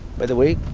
by the way,